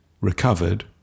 recovered